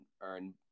earn